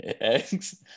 Eggs